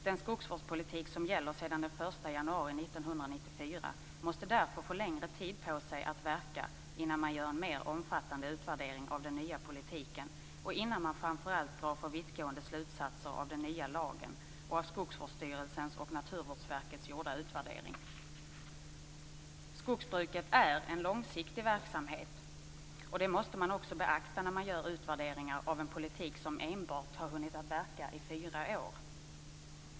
Den skogsvårdspolitik som gäller sedan den 1 januari 1994 måste därför få längre tid på sig att verka innan man gör en mer omfattande utvärdering av den nya politiken och innan man framför allt drar för vittgående slutsatser av den nya lagen och av skogsvårdsstyrelsens och Naturvårdsverkets gjorda utvärdering. Skogsbruket är en långsiktig verksamhet. Det måste man också beakta när man gör utvärderingar av en politik som enbart har hunnit verka i fyra år.